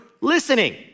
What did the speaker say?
listening